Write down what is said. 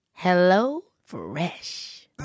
HelloFresh